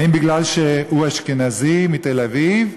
האם מפני שלפיד אשכנזי מתל-אביב?